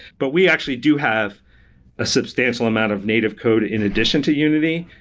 but we actually do have a substantial amount of native code in addition to unity.